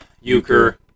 Euchre